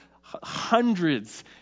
hundreds